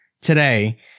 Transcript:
today